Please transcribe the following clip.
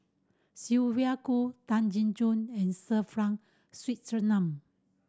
Sylvia Kho Tan Jin and Sir Frank Swettenham